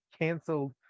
canceled